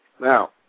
Now